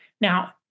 Now